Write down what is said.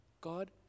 God